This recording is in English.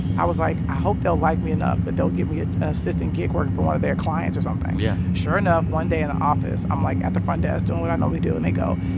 i was like i hope they'll like me enough that they'll give me an ah ah assistant gig working for one of their clients or something yeah sure enough, one day in the office, i'm, like, at the front desk doing what i normally do. and they go,